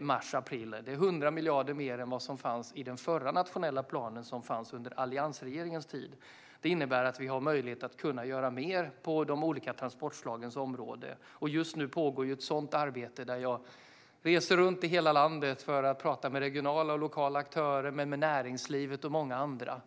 mars april. Det är 100 miljarder mer än vad som fanns i den förra nationella planen, som fanns under alliansregeringens tid. Det innebär att vi har möjlighet att göra mer på de olika transportslagens områden. Just nu pågår ett sådant arbete. Jag reser runt i hela landet för att prata med regionala och lokala aktörer, med näringslivet och med många andra.